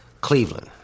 Cleveland